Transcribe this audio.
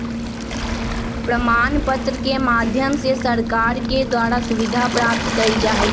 प्रमाण पत्र के माध्यम से सरकार के द्वारा सुविधा प्राप्त कइल जा हई